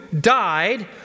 died